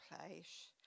place